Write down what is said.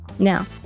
Now